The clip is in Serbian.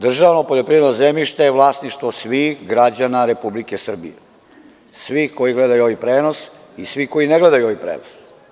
Državno poljoprivredno zemljište je vlasništvo svih građana Republike Srbije, svih onih koji gledaju ovaj prenos i svih koji ne gledaju ovaj prenos.